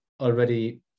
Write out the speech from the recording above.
already